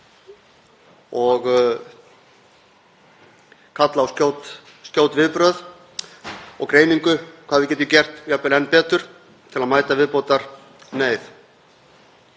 kalla á skjót viðbrögð og greiningu um hvað við getum gert jafnvel enn betur til að mæta viðbótarneyð.